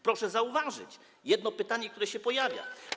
Proszę zauważyć jedno pytanie, które się pojawia.